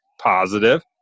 positive